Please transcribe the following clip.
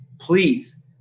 please